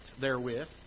therewith